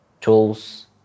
tools